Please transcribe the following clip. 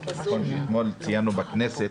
אתמול ציינו בכנסת,